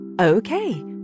Okay